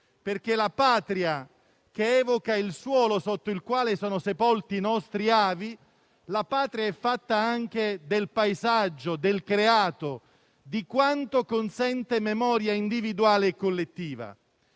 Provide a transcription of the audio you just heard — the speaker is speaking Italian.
perché la Patria che evoca il suolo sotto il quale sono sepolti i nostri avi è fatta anche del paesaggio, del creato, di quanto consente memoria individuale e collettiva.